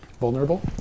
Vulnerable